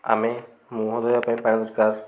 ଆମେ ମୁହଁ ଧୋଇବା ପାଇଁ ପାଣି ଦରକାର